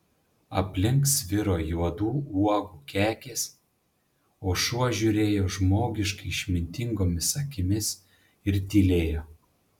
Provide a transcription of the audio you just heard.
aplink sviro juodų uogų kekės o šuo žiūrėjo žmogiškai išmintingomis akimis ir tylėjo